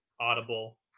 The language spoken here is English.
audible